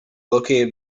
located